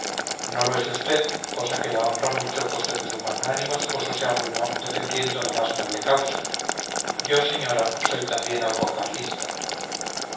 no lo es usted cosa que la honra mucho puesto que su magnánimo esposo se arruinó defendiendo la más noble causa yo señora soy también algo carlista